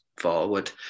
forward